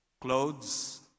clothes